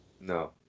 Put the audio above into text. No